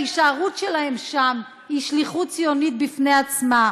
ההישארות שלהם שם היא שליחות ציונית בפני עצמה.